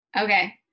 Okay